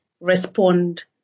respond